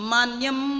Manyam